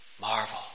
Marvel